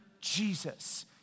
Jesus